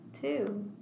Two